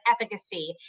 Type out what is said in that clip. efficacy